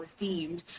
themed